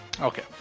okay